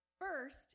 First